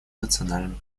национальном